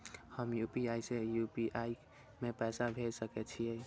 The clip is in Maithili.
हम यू.पी.आई से यू.पी.आई में पैसा भेज सके छिये?